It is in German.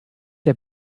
der